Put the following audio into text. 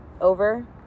over